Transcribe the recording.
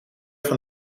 van